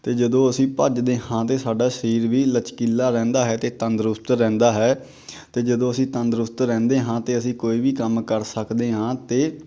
ਅਤੇ ਜਦੋਂ ਅਸੀਂ ਭੱਜਦੇ ਹਾਂ ਅਤੇ ਸਾਡਾ ਸਰੀਰ ਵੀ ਲਚਕੀਲਾ ਰਹਿੰਦਾ ਹੈ ਅਤੇ ਤੰਦਰੁਸਤ ਰਹਿੰਦਾ ਹੈ ਅਤੇ ਜਦੋਂ ਅਸੀਂ ਤੰਦਰੁਸਤ ਰਹਿੰਦੇ ਹਾਂ ਅਤੇ ਅਸੀਂ ਕੋਈ ਵੀ ਕੰਮ ਕਰ ਸਕਦੇ ਹਾਂ ਅਤੇ